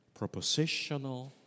propositional